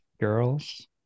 Girls